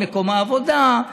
מקום העבודה,